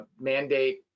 mandate